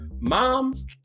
mom